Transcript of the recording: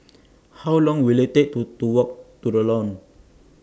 How Long Will IT Take to to Walk to The Lawn